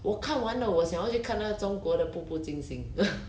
我看完了我想要去看那个中国的步步惊心